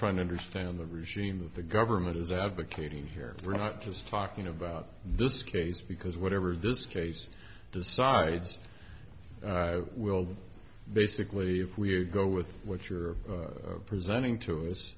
trying to understand the regime the government is advocating here we're not just talking about this case because whatever this case decides we'll basically if we go with what you're presenting to us